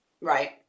Right